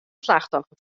slachtoffer